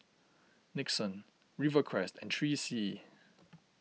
Nixon Rivercrest and three C E